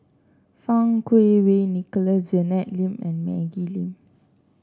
Fang Kuo Wei Nicholas Janet Lim and Maggie Lim